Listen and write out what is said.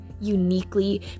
uniquely